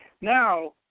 Now